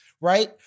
right